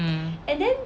mmhmm